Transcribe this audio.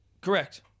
Correct